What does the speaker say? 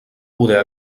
poder